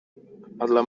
dla